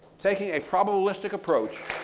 taking a probabilistic approach.